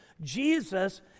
Jesus